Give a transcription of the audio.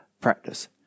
practice